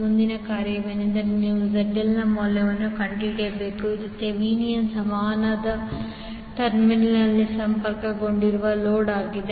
ಮುಂದಿನ ಕಾರ್ಯವೆಂದರೆ ನೀವು ZL ನ ಮೌಲ್ಯವನ್ನು ಕಂಡುಹಿಡಿಯಬೇಕು ಇದು ಥೆವೆನಿನ್ ಸಮಾನದ ಟರ್ಮಿನಲ್ನಲ್ಲಿ ಸಂಪರ್ಕಗೊಂಡಿರುವ ಲೋಡ್ ಆಗಿದೆ